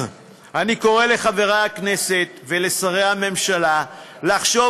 אני קורא לחברי הכנסת ולשרי הממשלה לחשוב